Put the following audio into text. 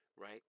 right